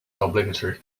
obligatory